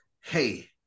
Hey